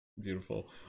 Beautiful